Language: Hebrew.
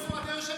דבר עם מנסור.